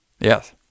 Yes